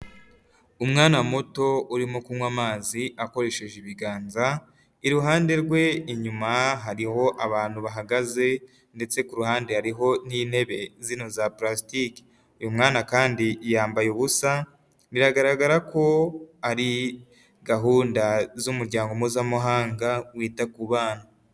Umwana muto urimo kunywa amazi akoresheje ibiganza iruhande rwe inyuma hariho abantu bahagaze ndetse ku ruhande hariho n'intebe zino za purasitiki, uyu mwana kandi yambaye ubusa biragaragara ko ari gahunda z'umuryango mpuzamahanga wita ku bana.